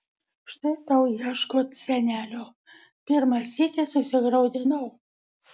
štai tau ieškot senelio pirmą sykį susigraudinau